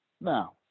Now